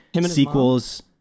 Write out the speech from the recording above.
sequels